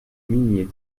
migné